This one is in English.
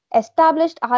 established